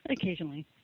Occasionally